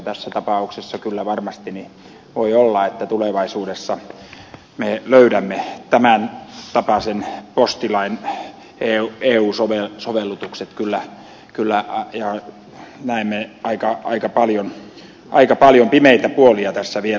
tässä tapauksessa kyllä varmasti voi olla että tulevaisuudessa me löydämme tämän tapaisen postilain eu sovellutukset kyllä kyllä ihan vähäinen aika ja näemme aika paljon pimeitä puolia tässä vielä